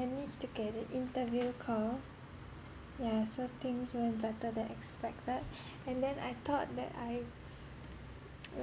managed to get the interview call yeah so things went better than expected and then I thoughtthat I